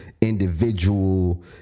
individual